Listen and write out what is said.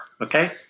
okay